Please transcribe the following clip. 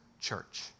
church